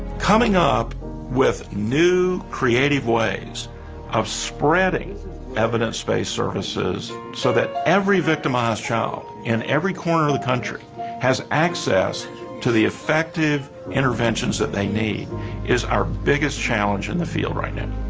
coming up with new creative ways of spreading evidence-based services so that every victimized child in every corner of the country has access to the effective interventions that they need is our biggest challenge in the field right now.